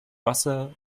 wasser